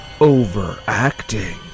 Overacting